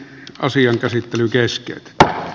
asian käsittely keskeytetä